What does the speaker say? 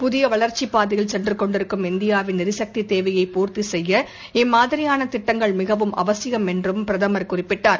புதிய வளர்ச்சிப் பாதையில் சென்று கொண்டிருக்கும் இந்தியாவின் எரிசக்தி தேவையை பூர்த்தி செய்ய இம்மாதிரியான திட்டங்கள் மிகவும் அவசியம் என்றும் பிரதமர் குறிப்பிட்டார்